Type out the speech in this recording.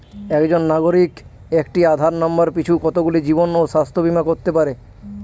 একজন নাগরিক একটি আধার নম্বর পিছু কতগুলি জীবন ও স্বাস্থ্য বীমা করতে পারে?